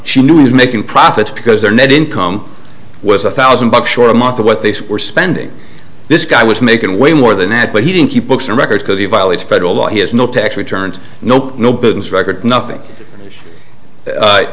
she knew i was making profits because their net income was a thousand bucks short a month what they were spending this guy was making way more than that but he didn't keep books and records because he violates federal law he has no tax returns nope no business record nothing